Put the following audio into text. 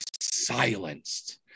silenced